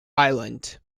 island